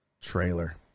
trailer